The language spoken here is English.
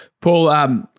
Paul